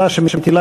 מס, התשע"ג